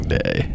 day